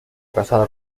casada